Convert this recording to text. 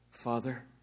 Father